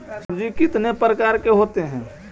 सब्जी कितने प्रकार के होते है?